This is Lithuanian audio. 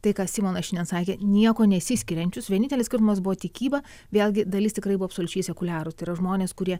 tai ką simonas šiandien sakė nieko nesiskiriančius vienintelis skirtumas buvo tikyba vėlgi dalis tikrai buvo absoliučiai sekuliarūs tai yra žmonės kurie